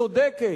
צודקת,